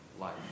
life